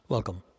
Welcome